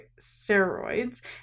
steroids